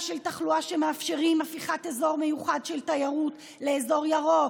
של תחלואה שמאפשרות הפיכת אזור מיוחד של תיירות לאזור ירוק.